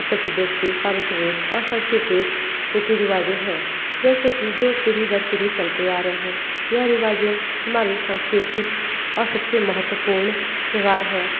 उत्तर प्रदेश की पारम्परिक और सांस्कृतिक रीति रिवाज हैं जैसे कि जो पीढ़ी दर पीढ़ी चलते आ रहे हैं यह रिवाज हमारे सांस्कृतिक और सब से महत्वपूर्ण त्यौहार हैं